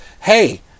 hey